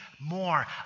more